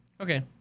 okay